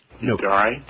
No